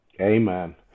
Amen